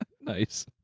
Nice